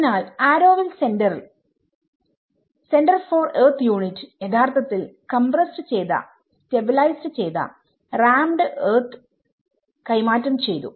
അതിനാൽ ആരോവിൽ സെന്ററിലെ centre for earth unit യഥാർത്ഥത്തിൽ കംമ്പ്രെസ്സ് ചെയ്ത സ്റ്റബിലൈസ് ചെയ്ത റാമ്മഡ് ഏർത്ത് കൈമാറ്റം ചെയ്തു